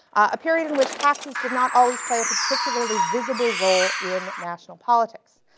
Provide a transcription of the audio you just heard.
a period in which taxes did not always play a particularly visible role in national politics.